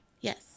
Yes